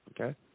okay